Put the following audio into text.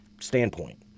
standpoint